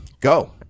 Go